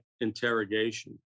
interrogation